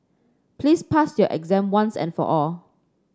please pass your exam once and for all